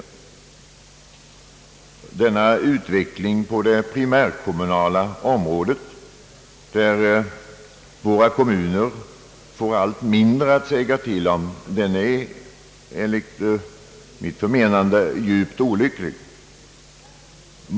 Denna utveckling på det primärkommunala området, där våra kommuner får allt mindre att säga till om, är enligt mitt förmenande djupt olycklig.